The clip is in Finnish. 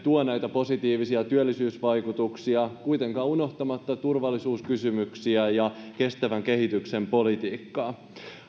tuovat näitä positiivisia työllisyysvaikutuksia kuitenkaan unohtamatta turvallisuuskysymyksiä ja kestävän kehityksen politiikkaa